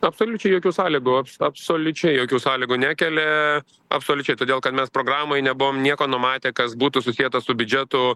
absoliučiai jokių sąlygų absoliučiai jokių sąlygų nekelia absoliučiai todėl kad mes programoj nebuvom nieko numatę kas būtų susieta su biudžetu